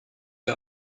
der